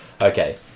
Okay